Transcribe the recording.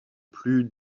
plus